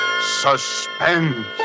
Suspense